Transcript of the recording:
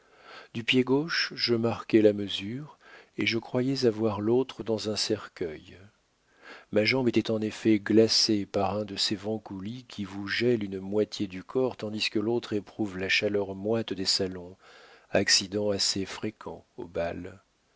du pied gauche je marquais la mesure et je croyais avoir l'autre dans un cercueil ma jambe était en effet glacée par un de ces vents coulis qui vous gèlent une moitié du corps tandis que l'autre éprouve la chaleur moite des salons accident assez fréquent au bal